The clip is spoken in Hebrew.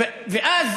ואז